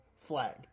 flag